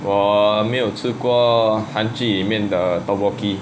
我没有韩剧里面的 tteokbokki